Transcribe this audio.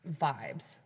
vibes